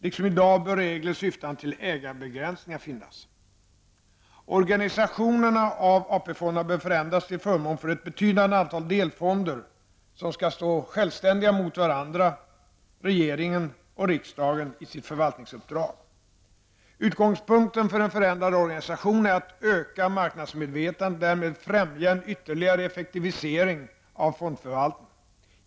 Liksom i dag bör regler syftande till ägarbegränsningar finnas. -- Organisationen av AP-fonderna bör förändras till förmån för ett betydande antal delfonder som skall stå självständiga mot varandra, regeringen och riksdagen i sitt förvaltningsuppdrag. Utgångspunkten för en förändrad organisation är att öka marknadsmedvetandet och därmed främja en ytterligare effektivisering av fondförvaltningen.